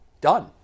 Done